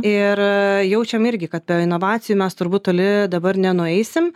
ir jaučiam irgi kad be inovacijų mes turbūt toli dabar nenueisim